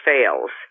Fails